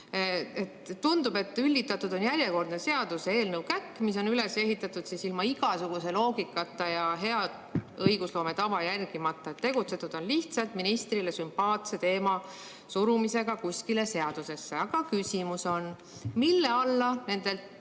Tundub, et üllitatud on järjekordne seaduseelnõukäkk, mis on üles ehitatud ilma igasuguse loogikata ja head õigusloome tava järgimata. Tegutsetud on lihtsalt ministrile sümpaatse teema surumisega kuskile seadusesse. Aga küsimus on järgmine: mille alla nendest